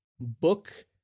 book